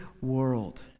world